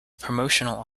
promotional